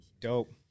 Dope